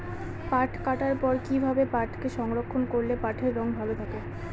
পাট কাটার পর কি ভাবে পাটকে সংরক্ষন করলে পাটের রং ভালো থাকে?